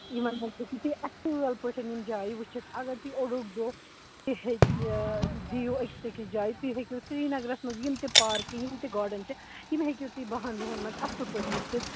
یِمَن منٛز ہیٚکِو تُہۍ اصۭل پٲٹھۍ یِم جایہِ وُچھتھ اگر تُہۍ اوٚڈُ اوٚڈ دۄہ ہٮ۪کہِ دِیُو أکِس أکِس جایہِ تُہۍ ہٮ۪کِو سریٖنگرَس منٛز یِم تہِ پارٕکہ یِم تہِ گارڈٕنۍ چھِ یِم ہٮ۪کِو تُہۍ باہَن دۄہَن منٛز اَصٕل پٲٹھۍ وُچھِتھ